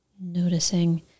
noticing